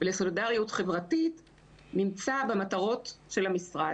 ולסולידריות חברתית נמצא במטרות של המשרד.